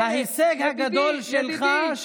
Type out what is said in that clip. ההישג הגדול שלך,